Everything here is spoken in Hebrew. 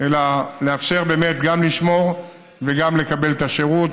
אלא לאפשר גם לשמור וגם לקבל את השירות.